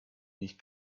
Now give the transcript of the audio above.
nicht